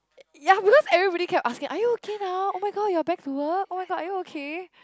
ya because everybody kept asking are you okay now oh-my-god you're back to work oh-my-god are you okay